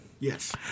Yes